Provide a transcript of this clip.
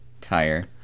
tire